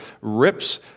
rips